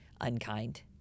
unkind